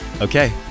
Okay